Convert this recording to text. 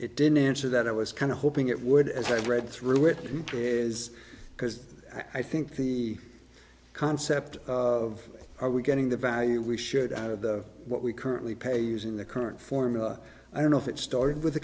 it didn't answer that i was kind of hoping it would as i read through it is because i think the concept of are we getting the value we should out of what we currently pay using the current formula i don't know if it started with the